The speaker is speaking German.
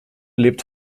lebt